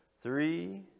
three